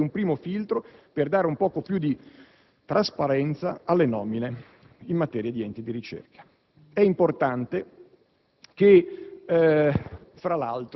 Si tratta di un primo filtro per dare un poco più di trasparenza alle nomine in materia di enti di ricerca. È importante al